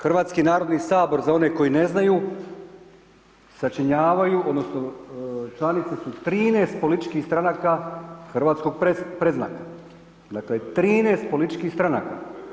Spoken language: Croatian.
Hrvatski narodni sabor, za one koji ne znaju sačinjavaju, odnosno, članice su 13 političkih stranka hrvatskog predznaka, dakle, 13 političkih stranaka.